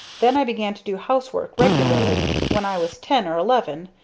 then i began to do housework regularly when i was ten or eleven,